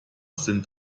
sind